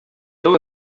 blow